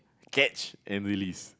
catch and release